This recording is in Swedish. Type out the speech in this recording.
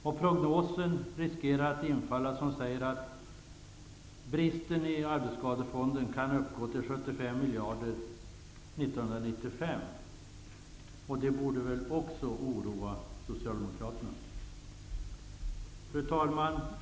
Den prognos riskerar att stämma som säger att bristen i Arbetsskadefonden kan uppgå till 75 miljarder år 1995, och det borde väl också oroa socialdemokraterna. Fru talman!